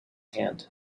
hand